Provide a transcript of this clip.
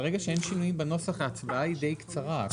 ברגע שאין שינויים בנוסח ההצבעה היא די קצרה.